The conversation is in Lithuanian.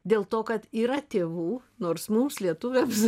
dėl to kad yra tėvų nors mums lietuviams